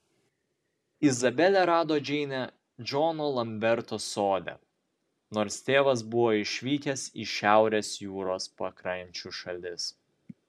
izabelė rado džeinę džono lamberto sode nors tėvas buvo išvykęs į šiaurės jūros pakrančių šalis